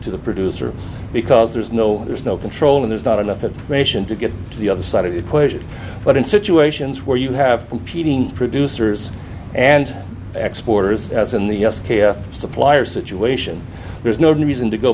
to the producer because there's no there's no control and there's not enough information to get to the other side of the equation but in situations where you have competing producers and exporters in the supplier situation there's no reason to go